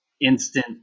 instant